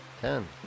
Ten